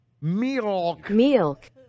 Milk